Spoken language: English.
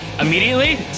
Immediately